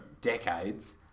decades